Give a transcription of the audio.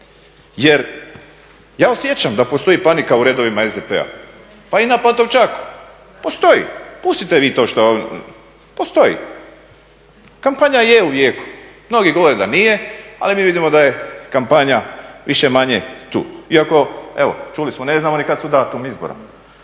Jer ja osjećam da postoji panika u redovima SDP-a pa i na Pantovčaku, postoji. Pustite vi to što on, postoji. Kampanja je u jeku, mnogi govore da nije, ali mi vidimo da je kampanja više-manje tu iako evo čuli smo ne znamo ni kad je datum izbora.